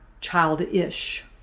childish